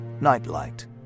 Nightlight